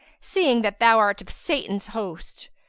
seeing that thou art of satan's host?